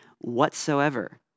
whatsoever